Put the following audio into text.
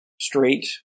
Straight